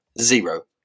Zero